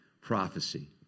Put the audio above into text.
prophecy